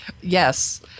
Yes